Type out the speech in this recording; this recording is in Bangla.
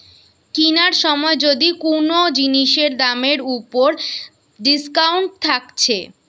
কিনার সময় যদি কুনো জিনিসের দামের উপর ডিসকাউন্ট থাকছে